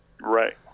Right